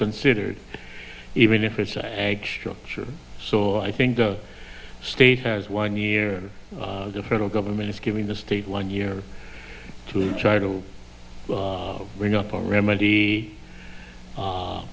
considered even if it's a structure so i think the state has one year the federal government is giving the state one year to try to bring up or remedy